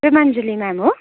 पेमान्जुली ma'am हो